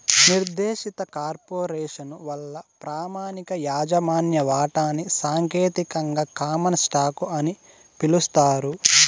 నిర్దేశిత కార్పొరేసను వల్ల ప్రామాణిక యాజమాన్య వాటాని సాంకేతికంగా కామన్ స్టాకు అని పిలుస్తారు